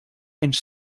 inch